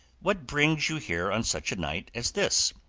what brings you here on such a night as this?